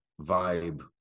vibe